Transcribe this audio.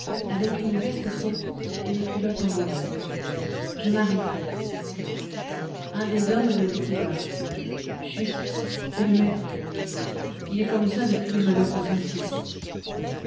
avec une veste trop courte et des culottes en lambeaux je m'arrêtai un des hommes me dit tout bas chut c'est le maître il est comme ça depuis le malheur de son fils